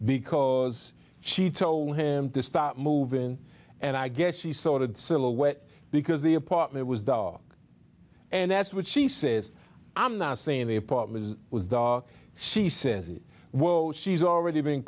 because she told him to stop moving and i guess she saw the silhouette because the apartment was dark and that's what she says i'm not saying the apartment was dark she says it won't she's already been